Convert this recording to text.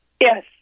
Yes